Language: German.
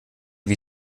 wie